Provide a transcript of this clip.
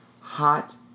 hot